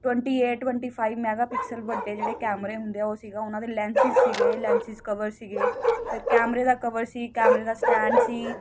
twenty eight twenty five mega pixel ਵੱਡੇ ਜਿਹੜੇ ਕੈਮਰੇ ਹੁੰਦੇ ਆ ਉਹ ਸੀਗਾ ਉਹਨਾਂ ਦੇ ਲੈਂਸ ਸੀਗੇ ਲੈਂਸ ਕਵਰ ਸੀਗੇ ਫਿਰ ਕੈਮਰੇ ਦਾ ਕਵਰ ਸੀ ਕੈਮਰੇ ਦਾ ਸਟੈਂਡ ਸੀ